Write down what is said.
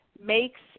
makes